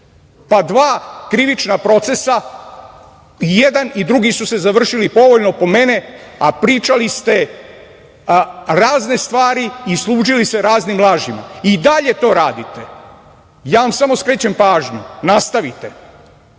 pa dva krivična procesa i jedan i drugi su se završili povoljno po mene, a pričali ste razne stvari i služili se raznim lažima i dalje to radite, ja vam samo skrećem pažnju, nastavite,